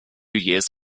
years